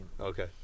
Okay